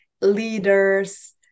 leaders